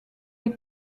est